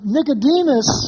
Nicodemus